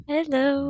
Hello